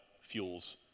fuels